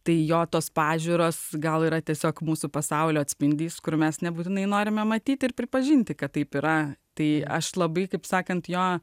tai jo tos pažiūros gal yra tiesiog mūsų pasaulio atspindys kur mes nebūtinai norime matyti ir pripažinti kad taip yra tai aš labai kaip sakant jo